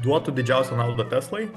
duotų didžiausią naudą teslai